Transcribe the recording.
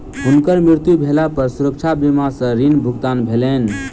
हुनकर मृत्यु भेला पर सुरक्षा बीमा सॅ ऋण भुगतान भेलैन